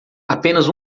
apenas